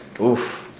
Oof